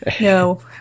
no